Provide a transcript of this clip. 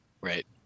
right